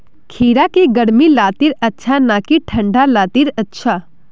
खीरा की गर्मी लात्तिर अच्छा ना की ठंडा लात्तिर अच्छा?